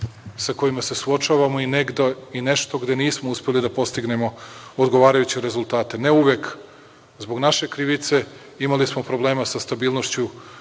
sa kojima se suočavamo i nešto gde nismo uspeli da postignemo odgovarajuće rezultate, ne uvek zbog naše krivice. Imali smo problema sa stabilnošću